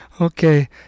Okay